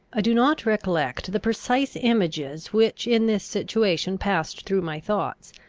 i do not recollect the precise images which in this situation passed through my thoughts,